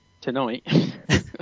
tonight